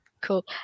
Cool